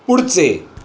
पुढचे